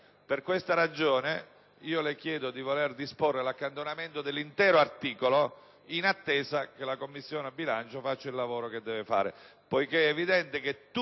Per questa ragione, le chiedo di voler disporre l'accantonamento dell'intero articolo 3, in attesa che la Commissione bilancio faccia il suo lavoro,